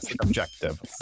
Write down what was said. objective